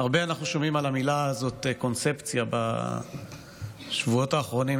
אנחנו שומעים הרבה את המילה הזאת "קונספציה" בשבועות האחרונים,